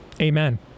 Amen